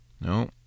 no